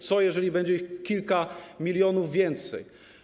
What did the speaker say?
Co jeżeli będzie ich o kilka milionów więcej?